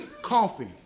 coffee